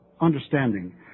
understanding